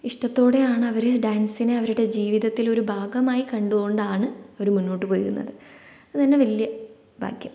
ഇഷ്ടത്തോടെയാണ് അവര് ഡാൻസിനെ അവരുടെ ജീവിതത്തിൽ ഒരു ഭാഗമായി കണ്ടു കൊണ്ടാണ് അവരും മുന്നോട്ടുപോകുന്നത് അതുതന്നെ വലിയ ഭാഗ്യം